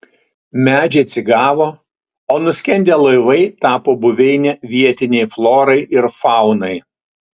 medžiai atsigavo o nuskendę laivai tapo buveine vietinei florai ir faunai